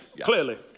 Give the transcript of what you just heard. clearly